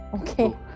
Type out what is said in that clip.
Okay